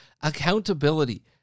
accountability